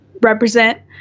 represent